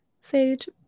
Sage